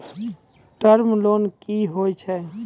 Term loan कि होय छै?